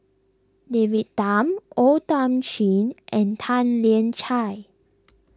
David Tham O Thiam Chin and Tan Lian Chye